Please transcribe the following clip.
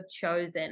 chosen